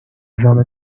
نظام